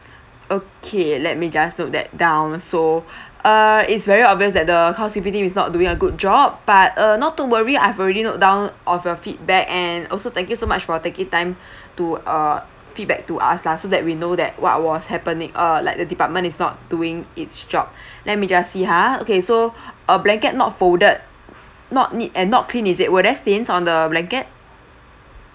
okay let me just note that down so err it's very obvious that the housekeeping team is not doing a good job but uh not to worry I've already note down of your feedback and also thank you so much for taking time to uh feedback to us lah so that we know that what was happeni~ uh like the department is not doing its job let me just see ha okay so uh blanket not folded not neat and not clean is it were there stains on the blanket